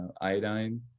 iodine